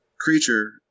creature